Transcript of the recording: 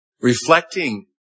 reflecting